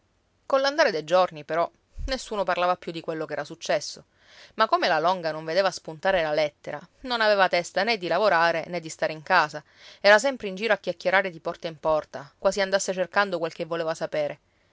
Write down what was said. cristiano coll'andare dei giorni però nessuno parlava più di quello che era successo ma come la longa non vedeva spuntare la lettera non aveva testa né di lavorare né di stare in casa era sempre in giro a chiacchierare di porta in porta quasi andasse cercando quel che voleva sapere